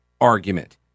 argument